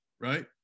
right